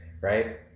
right